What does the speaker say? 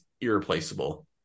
irreplaceable